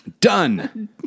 done